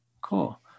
cool